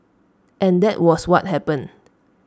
and that was what happened